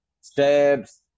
Stabs